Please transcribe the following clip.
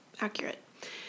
accurate